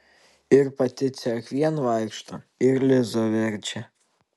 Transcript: ir pati cerkvėn vaikšto ir lizą verčia